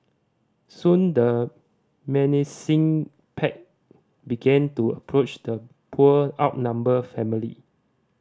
soon the menacing pack began to approach the poor outnumbered family